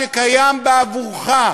שקיים בעבורך,